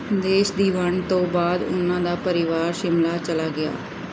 ਦੇਸ਼ ਦੀ ਵੰਡ ਤੋਂ ਬਾਅਦ ਉਨ੍ਹਾਂ ਦਾ ਪਰਿਵਾਰ ਸ਼ਿਮਲਾ ਚਲਾ ਗਿਆ